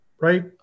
Right